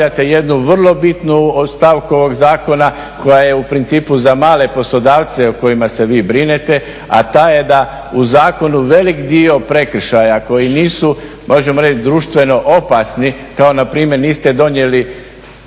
jednu vrlo bitnu stavku ovog zakona koja je u principu za male poslodavce o kojima se vi brinete, a ta je da u zakonu velik dio prekršaja koji nisu možemo reći društveno opasni kao npr. niste donijeli